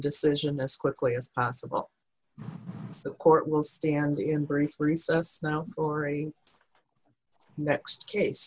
decision as quickly as possible the court will stand in brief recess now or a next case